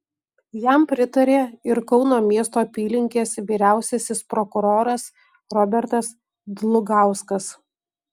jam pritarė ir kauno miesto apylinkės vyriausiasis prokuroras robertas dlugauskas